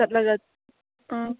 ꯆꯠꯂꯒ ꯑꯥ